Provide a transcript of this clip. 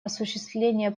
осуществлению